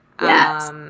Yes